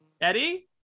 Eddie